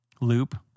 loop